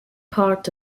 part